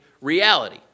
reality